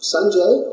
Sanjay